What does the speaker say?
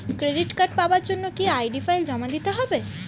Credit card পাওয়ার জন্য কি আই.ডি ফাইল জমা দিতে হবে?